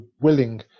willing